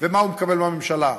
ומה שמקבלים מהממשלה.